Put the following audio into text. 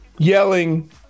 yelling